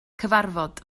cyfarfod